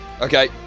Okay